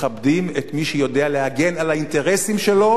מכבדים את מי שיודע להגן על האינטרסים שלו,